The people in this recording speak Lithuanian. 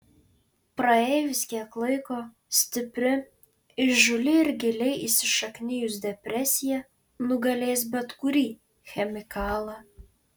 praėjus kiek laiko stipri įžūli ir giliai įsišaknijus depresija nugalės bet kurį chemikalą